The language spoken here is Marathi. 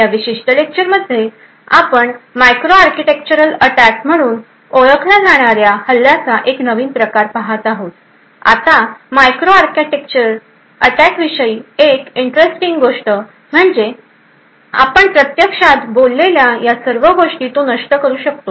या विशिष्ट लेक्चर मध्ये आपण मायक्रो आर्किटेक्चरल अटॅक म्हणून ओळखल्या जाणार्या हल्ल्याचा एक नवीन प्रकार पाहत आहोत आता मायक्रो आर्किटेक्चरल अटॅकविषयीची एक इंटरेस्टिंग गोष्ट म्हणजे आपण प्रत्यक्षात बोललेल्या या सर्व गोष्टी तो नष्ट करू शकतो